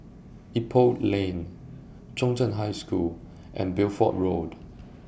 Ipoh Lane Chung Cheng High School and Bideford Road